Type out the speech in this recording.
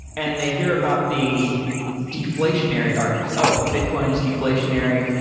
and they hear about the deflationary argument. oh, bitcoin is deflationary.